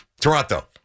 Toronto